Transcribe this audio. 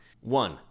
one